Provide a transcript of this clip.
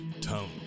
Tone